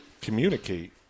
communicate